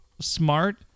smart